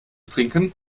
trinken